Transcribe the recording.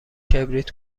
کبریت